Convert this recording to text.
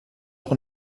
auch